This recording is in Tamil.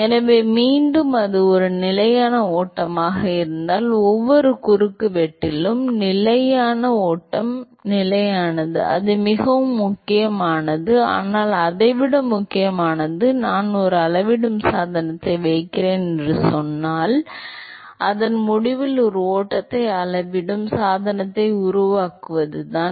எனவே மீண்டும் அது ஒரு நிலையான ஓட்டமாக இருந்தால் ஒவ்வொரு குறுக்குவெட்டிலும் நிலையான ஓட்டம் நிலையானது அது மிகவும் முக்கியமானது ஆனால் அதை விட முக்கியமானது நான் ஒரு அளவிடும் சாதனத்தை வைக்கிறேன் என்று சொன்னால் அதன் முடிவில் ஒரு ஓட்டத்தை அளவிடும் சாதனத்தை உருவாக்குவதுதான்